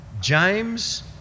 James